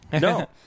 No